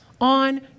on